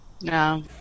No